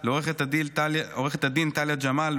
לעו"ד טליה ג'מאל,